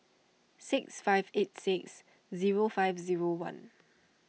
six five eight six zero five zero one